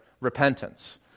repentance